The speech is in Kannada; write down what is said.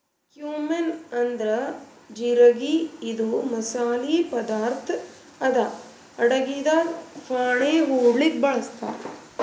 ಕ್ಯೂಮಿನ್ ಅಂದ್ರ ಜಿರಗಿ ಇದು ಮಸಾಲಿ ಪದಾರ್ಥ್ ಅದಾ ಅಡಗಿದಾಗ್ ಫಾಣೆ ಹೊಡ್ಲಿಕ್ ಬಳಸ್ತಾರ್